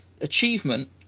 achievement